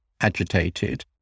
agitated